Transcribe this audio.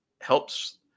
helps